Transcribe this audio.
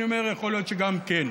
אני אומר: יכול להיות שגם כן,